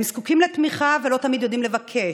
הם זקוקים לתמיכה ולא תמיד יודעים לבקש.